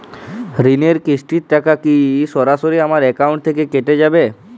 ঋণের কিস্তির টাকা কি সরাসরি আমার অ্যাকাউন্ট থেকে কেটে যাবে?